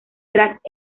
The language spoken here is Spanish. tras